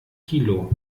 kilo